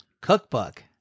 Cookbook